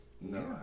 no